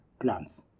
plants